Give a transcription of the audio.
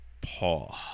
Paul